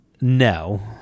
No